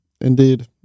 Indeed